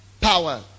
power